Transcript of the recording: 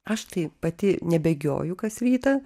aš tai pati nebėgioju kas rytą